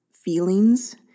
feelings